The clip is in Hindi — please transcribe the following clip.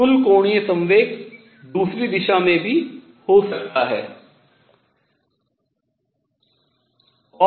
कुल कोणीय संवेग दूसरी दिशा में भी हो सकता है